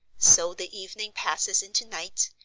so the evening passes into night,